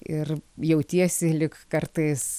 ir jautiesi lyg kartais